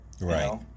right